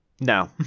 No